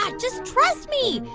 um just trust me.